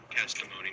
testimony